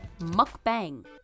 mukbang